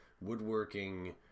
Woodworking